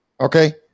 okay